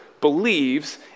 believes